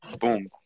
Boom